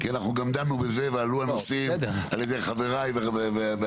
כי אנחנו גם דנו בזה ועלו הנושאים על ידי חבריי ואני.